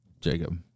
Jacob